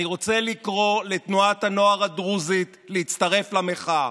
אני רוצה לקרוא לתנועת הנוער הדרוזית להצטרף למחאה.